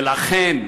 ולכן